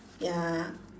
ya